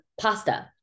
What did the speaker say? Pasta